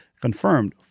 confirmed